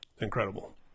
incredible